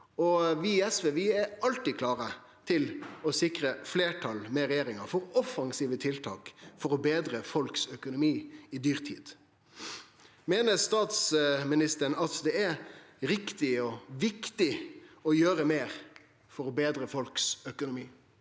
Vi i SV er alltid klare til å sikre fleirtal med regjeringa for offensive tiltak for å betre økonomien til folk i dyrtid. Meiner statsministeren det er riktig og viktig å gjere meir for å betre økonomien